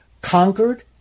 conquered